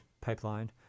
Pipeline